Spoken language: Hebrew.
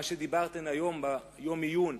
מה שאמרתם היום ביום העיון,